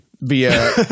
via